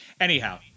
Anyhow